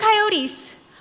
coyotes